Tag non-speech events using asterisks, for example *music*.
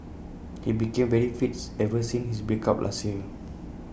he became very fits ever since his break up last year *noise*